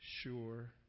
sure